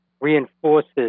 reinforces